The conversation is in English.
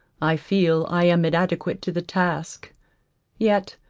i feel i am inadequate to the task yet,